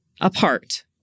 apart